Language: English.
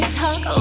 talk